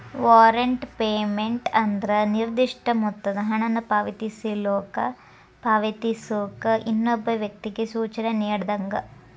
warrant payment ಅಂದ್ರ ನಿರ್ದಿಷ್ಟ ಮೊತ್ತದ ಹಣನ ಪಾವತಿಸೋಕ ಇನ್ನೊಬ್ಬ ವ್ಯಕ್ತಿಗಿ ಸೂಚನೆ ನೇಡಿದಂಗ